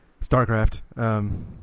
StarCraft